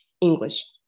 english